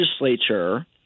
legislature –